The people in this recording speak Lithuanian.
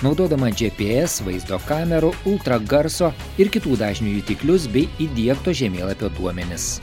naudodama gps vaizdo kamerų ultragarso ir kitų dažnių jutiklius bei įdiegto žemėlapio duomenis